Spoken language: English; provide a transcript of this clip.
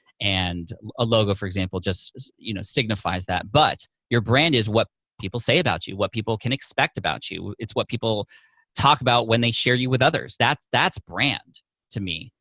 and a logo, for example, just you know signifies that. but your brand is what people say about you, what people can expect about you. it's what people talk about when they share you with others. that's that's brand to me.